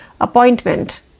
appointment